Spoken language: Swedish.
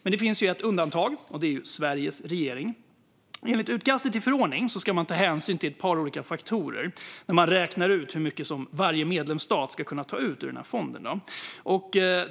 Men det finns ett undantag: Sveriges regering. Enligt utkastet till förordning ska man ta hänsyn till ett par olika faktorer när man räknar ut hur mycket varje medlemsstat ska kunna ta ut ur fonden.